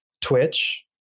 Twitch